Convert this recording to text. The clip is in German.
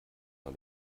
man